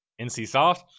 NCSoft